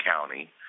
county